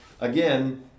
again